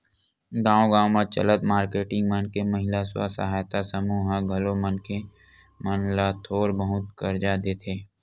गाँव गाँव म चलत मारकेटिंग मन के महिला स्व सहायता समूह ह घलो मनखे मन ल थोर बहुत करजा देथे